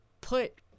put